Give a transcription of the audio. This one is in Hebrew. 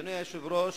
אדוני היושב-ראש,